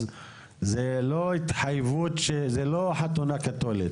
זו לא התחייבות, זו לא חתונה קתולית.